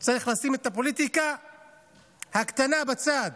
צריך לשים את הפוליטיקה הקטנה בצד